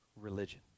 religion